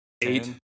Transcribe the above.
eight